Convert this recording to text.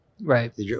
right